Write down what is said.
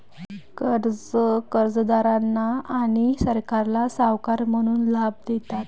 कर्जे कर्जदारांना आणि सरकारला सावकार म्हणून लाभ देतात